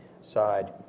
side